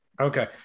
Okay